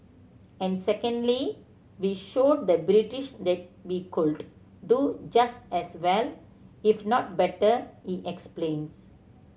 and secondly we showed the British that we could do just as well if not better he explains